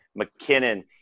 McKinnon